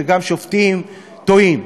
וגם שופטים טועים.